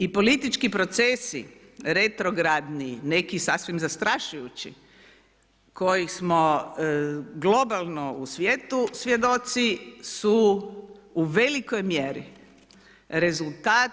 I politički procesi, retrogradni, neki sasvim zastrašujući, koji smo globalno u svijetu svjedoci su u velikoj mjeri rezultat